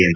N